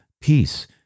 peace